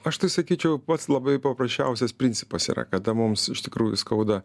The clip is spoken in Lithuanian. aš tai sakyčiau pats labai paprasčiausias principas yra kada mums iš tikrųjų skauda